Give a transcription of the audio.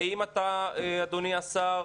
אדוני השר,